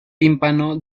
tímpano